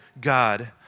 God